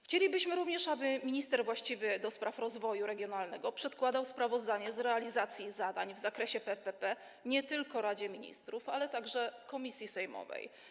Chcielibyśmy również, aby minister właściwy do spraw rozwoju regionalnego przedkładał sprawozdanie z realizacji zadań w zakresie PPP nie tylko Radzie Ministrów, ale także komisji sejmowej.